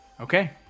Okay